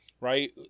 Right